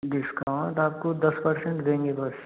discount आपको दस percent देंगे बस